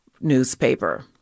newspaper